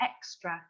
extra